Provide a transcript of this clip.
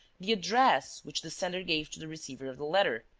the address which the sender gave to the receiver of the letter.